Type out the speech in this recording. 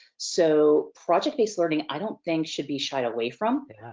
so, project based learning i don't think should be shied away from.